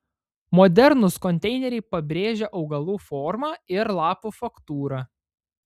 modernūs konteineriai pabrėžia augalų formą ir lapų faktūrą